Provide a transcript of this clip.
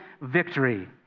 victory